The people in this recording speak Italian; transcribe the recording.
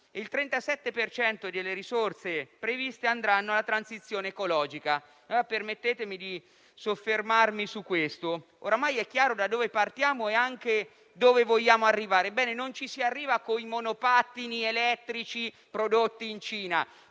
cento delle risorse previste andranno alla transizione ecologica. Permettetemi di soffermarmi su questo. Oramai è chiaro da dove partiamo e anche dove vogliamo arrivare. Ebbene, non ci si arriva coi monopattini elettrici prodotti in Cina.